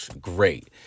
great